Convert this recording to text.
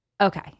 Okay